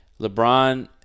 LeBron